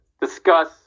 discuss